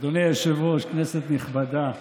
אדוני היושב-ראש, כנסת נכבדה,